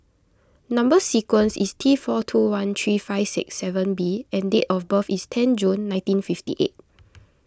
Number Sequence is T four two one three five six seven B and date of birth is ten June nineteen fifty eight